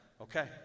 Okay